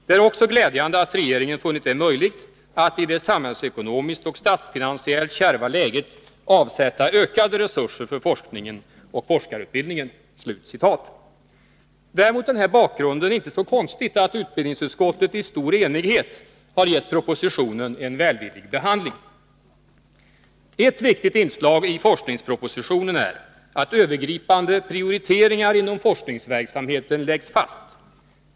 Det är också glädjande att regeringen funnit det möjligt att i det samhällsekonomiskt och statsfinansiellt kärva läget avsätta ökade resurser för forskning och forskarutbildning.” Det är mot den här bakgrunden inte så konstigt att utbildningsutskottet i stor enighet har gett propositionen en välvillig behandling. Ett viktigt inslag i forskningspropositionen är att övergripande prioriteringar inom forskningsverksamheten läggs fast.